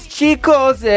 Chicos